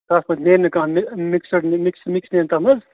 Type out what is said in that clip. تَتھ پیٚٹھ نیرِنہٕ کانٛہہ مِک مِکسٕڈ مِکٕس مِکٕس نیرِ تتھ منٛز